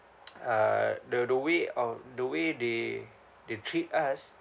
uh the the way of the way they they treat us